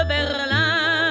Berlin